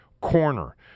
corner